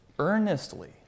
earnestly